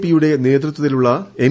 P യുടെ നേതൃത്വത്തിലുള്ള N